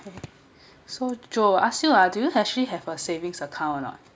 so joe ask you ah do you actually have a savings account or not